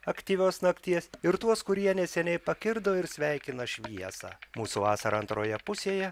aktyvios nakties ir tuos kurie neseniai pakirdo ir sveikina šviesą mūsų vasarą antroje pusėje